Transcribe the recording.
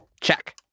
Check